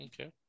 Okay